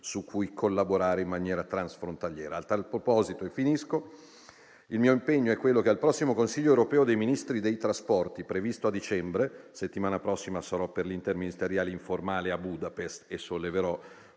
su cui collaborare in maniera transfrontaliera. A tal proposito, il mio impegno è quello che al prossimo Consiglio europeo dei Ministri dei trasporti previsto a dicembre (la settimana prossima sarò a Budapest per l'interministeriale informale e solleverò